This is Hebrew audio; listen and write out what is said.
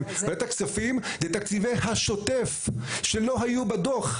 בוועדת הכספים הם תקציבי השוטף שלא היו בדו"ח,